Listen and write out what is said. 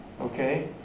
Okay